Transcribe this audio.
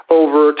over